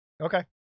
Okay